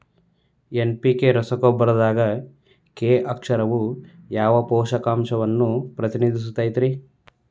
NPK ರಸಗೊಬ್ಬರದಾಗ K ಅಕ್ಷರವು ಯಾವ ಪೋಷಕಾಂಶವನ್ನ ಪ್ರತಿನಿಧಿಸುತೈತ್ರಿ?